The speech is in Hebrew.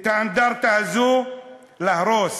את האנדרטה הזו להרוס.